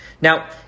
Now